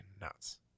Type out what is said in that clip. nuts